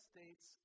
States